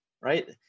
right